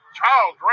Charles